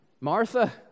Martha